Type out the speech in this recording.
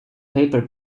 paper